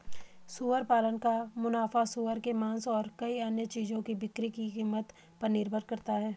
सुअर पालन का मुनाफा सूअर के मांस और कई अन्य चीजों की बिक्री की कीमत पर निर्भर करता है